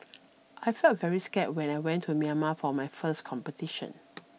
I felt very scared when I went to Myanmar for my first competition